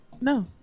No